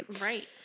Right